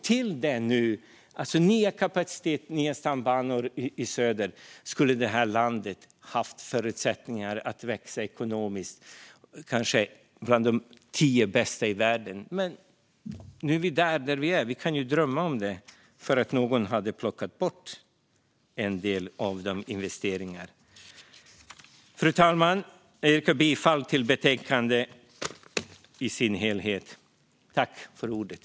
Med ny kapacitet, nya stambanor, i söder skulle det här landet haft förutsättningar att växa ekonomiskt - kanske till ett av de tio bästa i världen. Nu är vi där vi är, och vi får drömma - därför att någon plockade bort en del av investeringarna. Fru talman! Jag yrkar bifall till förslaget i betänkandet.